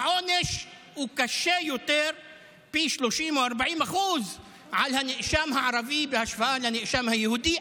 העונש הוא קשה יותר ב-30% או 40% לנאשם הערבי בהשוואה לנאשם היהודי,